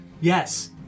Yes